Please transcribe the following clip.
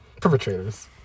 perpetrators